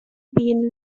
been